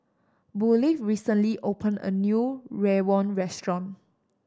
Burleigh recently opened a new rawon restaurant